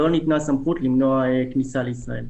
לא ניתנה סמכות למנוע כניסה לישראל.